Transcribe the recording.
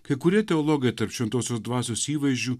kai kurie teologai tarp šventosios dvasios įvaizdžių